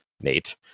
Nate